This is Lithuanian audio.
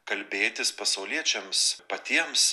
kalbėtis pasauliečiams patiems